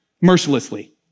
mercilessly